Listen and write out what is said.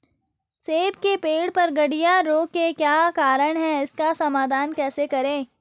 सेब के पेड़ पर गढ़िया रोग के क्या कारण हैं इसका समाधान कैसे करें?